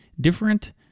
different